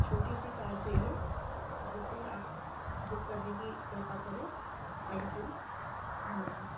छोटी सी कार चाहिए जिसे आप बुक करने की कृपा करें थैंक यू धन्यवाद